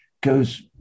goes